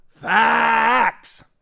facts